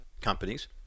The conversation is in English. companies